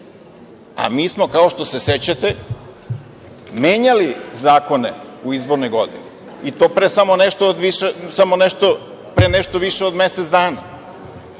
A mi smo, kao što se sećate, menjali zakone u izbornoj godini, i to pre nešto više od mesec dana,